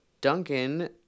Duncan